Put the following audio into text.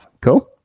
Cool